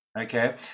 okay